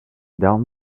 down